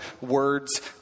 words